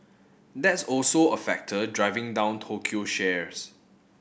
that's also a factor driving down Tokyo shares